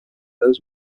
those